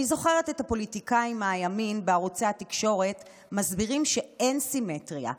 אני זוכרת את הפוליטיקאים מהימין בערוצי התקשורת מסבירים שאין סימטריה,